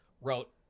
wrote